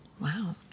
Wow